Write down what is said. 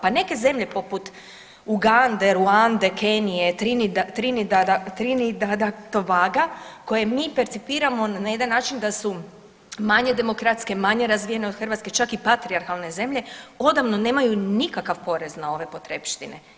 Pa neke zemlje poput Ugande, Ruande, Kenije, Trinidada Tobaga koje mi percipiramo na jedan način da su manje demokratske, manje razvijene od Hrvatske, čak i patrijarhalne zemlje odavno nemaju nikakav porez na ove potrepštine.